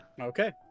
Okay